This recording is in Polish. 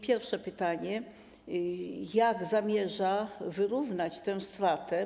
Pierwsze pytanie: Jak zamierzacie wyrównać tę stratę?